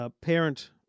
parent